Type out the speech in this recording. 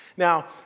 Now